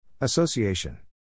Association